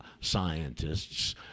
scientists